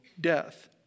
death